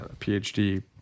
PhD